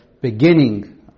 beginning